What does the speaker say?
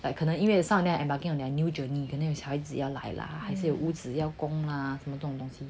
like 可能因为 some of them are embarking on their new journey and then 有小孩子要来啦还是有屋子要供啊什么东西